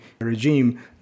regime